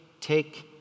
take